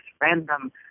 random